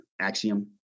Axiom